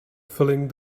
filling